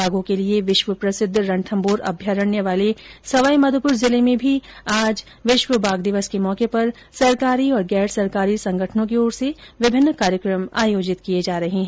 बाघों के लिये विश्व प्रसिद्व रणथम्भौर अभ्यारण्य वाले सवाईमाधोपुर जिले में भी आज विश्व बाघ दिवस के मौके पर सरकारी और गैर सरकारी संगठनों की ओर से विभिन्न कार्यक्रम आयोजित किये जा रहे है